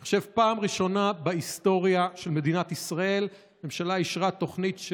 אני חושב שפעם ראשונה בהיסטוריה של מדינת ישראל הממשלה אישרה תוכנית,